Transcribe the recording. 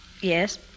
yes